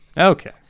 Okay